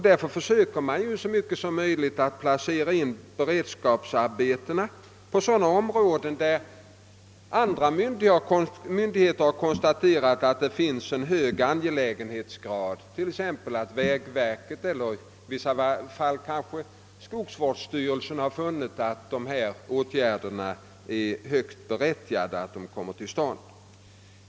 Därför försöker vi i största möjliga utsträckning placera in beredskapsarbetena på sådana områden där andra myndigheter har konstaterat en hög angelägenhetsgrad. Det kan exempelvis vara så att vägverket eller skogsvårdsstyrelsen i ett län funnit att det är högst berättigat att åtgärder av visst slag vidtages.